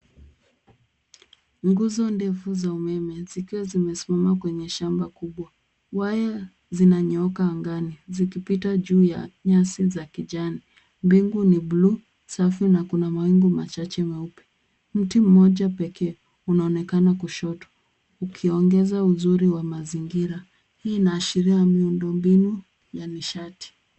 Nguzo ndefu za umeme zikiwa zimesimama kwenye shamba kubwa. Waya zinanyooka angani, zikipita juu ya nyasi za kijani. Mbingu ni blue , safi, na kuna mawingu machache meupe. Mti mmoja pekee unaonekana kushoto, ukiongeza uzuri wa mazingira. Hii inaashiria miundo mbinu ya nishati.